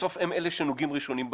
בסוף הם אלה שנוגעים ראשונים באזרחים.